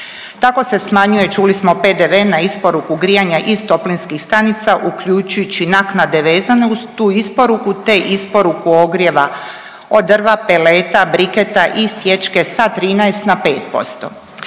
Tako se smanjuje, čuli smo, PDV na isporuku grijanja iz toplinskih stanica, uključujući naknade vezane uz tu isporuku te isporuku ogrijeva od drva, peleta, briketa i sječke sa 13 na 5%.